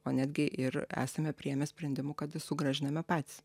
o netgi ir esame priėmę sprendimų kad sugrąžiname patys